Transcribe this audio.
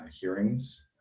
hearings